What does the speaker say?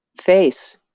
face